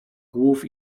głów